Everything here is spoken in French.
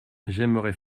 j’aimerais